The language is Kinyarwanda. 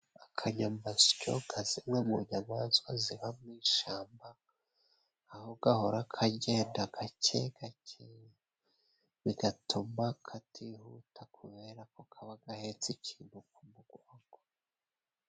Akanyamasyo nka zimwe mu nyamaswa ziba mu ishamba, aho gahora kagenda gake gake bigatuma katihuta, kubera ko kaba gahetse ikintu ku mugongo.